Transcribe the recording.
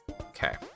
Okay